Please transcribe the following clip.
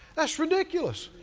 that's ridiculous.